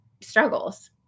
struggles